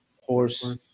horse